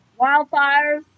wildfires